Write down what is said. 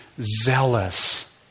zealous